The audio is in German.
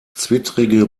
zwittrige